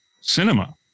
cinema